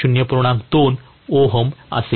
2 ohm असेल त्यापेक्षा जास्त काही नाही